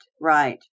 right